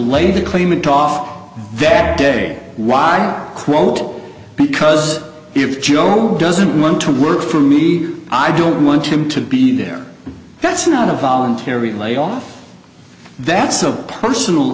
lay the claimant off that day why quote because if joe doesn't want to work for me i don't want him to be there that's not a voluntary layoff that's a personal